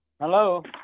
Hello